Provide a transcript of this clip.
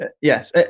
yes